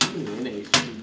camne eh nak explain